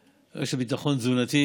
רשת, ביטחון תזונתי.